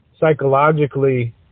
psychologically